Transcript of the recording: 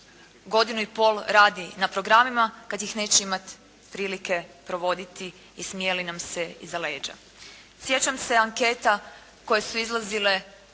godinu i pol radi na programima kad ih neće imati prilike provoditi i smijali nam se iza leđa. Sjećam se anketa koje su izlazile